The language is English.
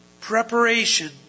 Preparation